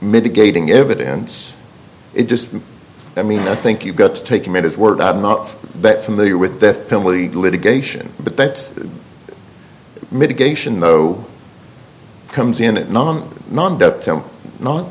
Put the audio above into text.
mitigating evidence it just i mean i think you've got to take him at his word not that familiar with the penalty litigation but that's mitigation though comes in it non non